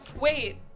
Wait